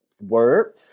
word